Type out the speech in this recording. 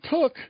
took